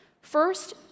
First